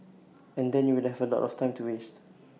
and then you will have A lot of time to waste